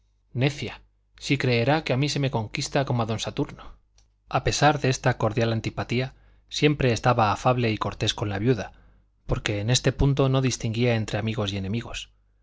necia si creerá que a mí se me conquista como a don saturno a pesar de esta cordial antipatía siempre estaba afable y cortés con la viuda porque en este punto no distinguía entre amigos y enemigos